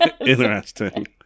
Interesting